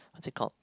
what's it called